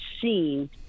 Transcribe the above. seen